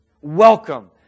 Welcome